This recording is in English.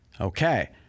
Okay